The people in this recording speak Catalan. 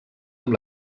amb